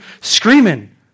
screaming